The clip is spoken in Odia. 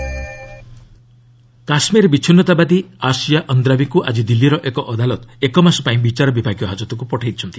କୋର୍ଟ ସେପାରେଟିଷ୍ଟ କାଶ୍ମୀର ବିଚ୍ଛିନ୍ନତାବାଦୀ ଆସିୟା ଅନ୍ଦ୍ରାବି'ଙ୍କୁ ଆଜି ଦିଲ୍ଲୀର ଏକ ଅଦାଲତ ଏକ ମାସ ପାଇଁ ବିଚାର ବିଭାଗୀୟ ହାଜତକୁ ପଠାଇଛନ୍ତି